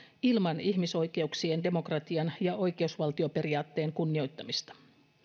ilman ihmisoikeuksien demokratian ja oikeusvaltioperiaatteen kunnioittamista